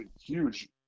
huge